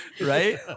Right